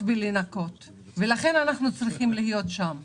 בלנקות ולכן אנחנו צריכות להיות שם.